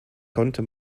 konnte